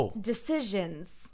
...decisions